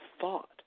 thought